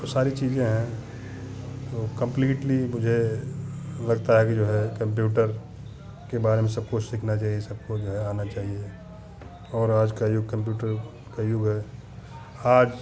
सारी चीज़ें हैं तो कंप्लीटली मुझे लगता है कि जो है कम्प्यूटर के बारे में सब कुछ सीखना चाहिए सबको जो है आना चाहिए और आज का युग कम्प्यूटर का युग है आज